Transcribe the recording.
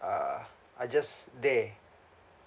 are are just there